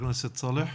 חברת הכנסת סלאח.